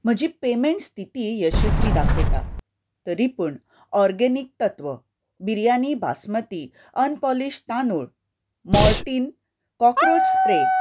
म्हजी पेमेंट स्थिती यशस्वी दाखयता तरी पूण ऑर्गेनीक तत्व बिरयानी बासमती अनपॉलिश्ड तांदूळ मोर्टीन कॉक्रोच स्प्रे